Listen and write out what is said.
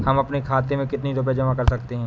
हम अपने खाते में कितनी रूपए जमा कर सकते हैं?